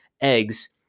eggs